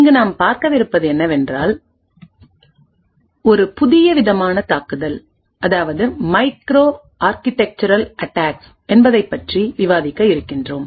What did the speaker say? இங்கு நாம் பார்க்க இருப்பது என்னவென்றால் ஒரு புதிய விதமானதாக்குதல் அதாவது மைக்ரோ ஆர்க்கிடெக்சுரல் அட்டாக்ஸ் என்பதைப்பற்றி விவாதிக்க இருக்கின்றோம்